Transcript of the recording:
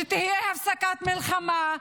שתהיה הפסקת מלחמה,